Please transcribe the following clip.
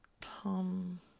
Tom